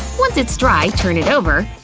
once it's dry, turn it over.